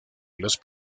los